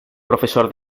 profesor